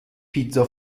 پیتزا